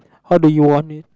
how do you want it